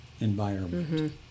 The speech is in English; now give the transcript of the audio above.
environment